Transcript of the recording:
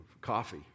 coffee